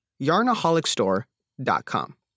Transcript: yarnaholicstore.com